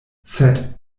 sed